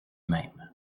même